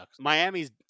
Miami's